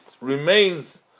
remains